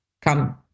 come